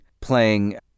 playing